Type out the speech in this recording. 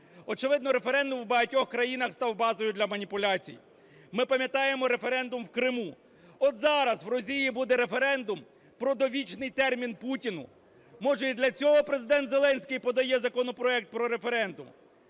Очевидно, референдум в багатьох країнах став базою для маніпуляцій. Ми пам'ятаємо референдум в Криму. От зараз у Росії буде референдум про довічний термін Путіну. Може і для цього Президент Зеленський подає законопроект про референдум.